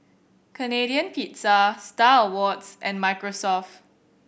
Canadian Pizza Star Awards and Microsoft